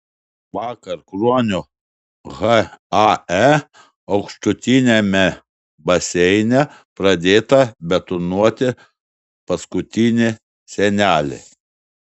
vakar kruonio hae aukštutiniame baseine pradėta betonuoti paskutinė sienelė